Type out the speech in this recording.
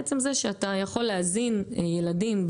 עצם זה שאתה יכול להזין ילדים,